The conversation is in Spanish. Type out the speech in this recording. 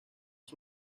con